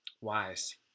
Wise